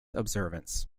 observance